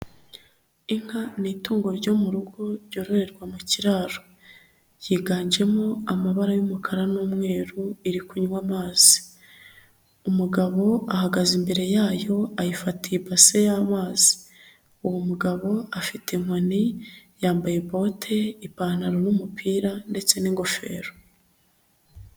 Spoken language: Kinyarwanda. Inka ni itungo ryo mu rugo ryoroherwa mu kiraro, yiganjemo amabara y'umukara n'umweru iri kunywa amazi, umugabo ahagaze imbere yayo ayifatiye ibase y'amazi, uwo mugabo afite inkoni, yambaye bote, ipantaro n'umupira ndetse n'ingofero.